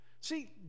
See